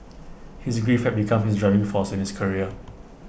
his grief had become his driving force in his career